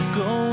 go